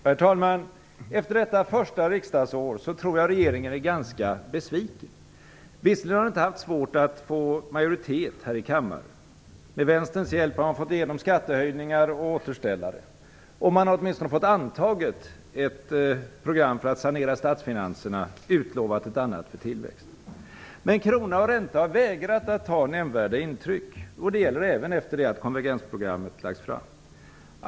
Herr talman! Efter detta första riksdagsår tror jag att regeringen är ganska besviken. Visserligen har den inte haft svårt att få majoritet här i kammaren. Med vänsterns hjälp har man fått igenom skattehöjningar och återställare. Man har åtminstone fått antaget ett program för att sanera statsfinanserna och utlovat ett annat för tillväxten. Men krona och ränta har vägrat att ta nämnvärda intryck. Det gäller även efter det att konvergensprogrammet lagts fram.